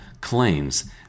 claims